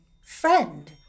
Friend